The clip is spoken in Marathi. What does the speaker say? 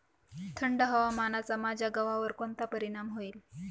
थंड हवामानाचा माझ्या गव्हावर कोणता परिणाम होईल?